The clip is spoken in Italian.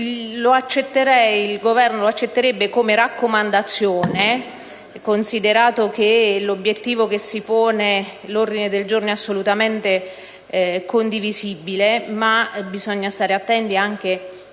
il Governo lo accetterebbe come raccomandazione, considerato che l'obiettivo che si pone è assolutamente condivisibile, ma bisogna stare attenti ai